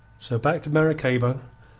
so back to maracaybo,